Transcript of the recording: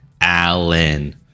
Allen